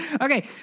Okay